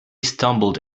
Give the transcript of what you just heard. stumbled